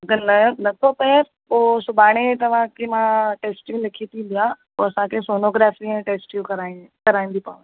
अगरि न नथो पए पोइ सुभाणे तव्हांखे मां टेस्टियूं लिखी थी ॾिया पोइ असांखे सोनोग्राफी टेस्टियूं कराइणी कराइणी पवंदी